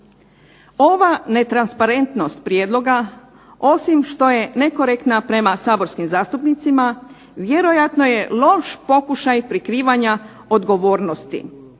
Ova netransparentnost prijedloga osim što je nekorektna prema saborskim zastupnicima vjerojatno je loš pokušaj prikrivanja odgovornosti